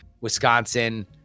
Wisconsin